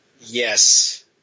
Yes